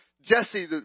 Jesse